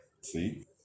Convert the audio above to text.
See